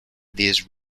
these